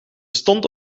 stond